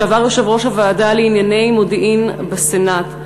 לשעבר יושב-ראש הוועדה לענייני מודיעין בסנאט,